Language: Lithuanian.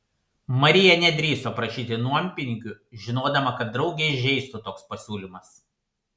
marija nedrįso prašyti nuompinigių žinodama kad draugę įžeistų toks pasiūlymas